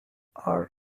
are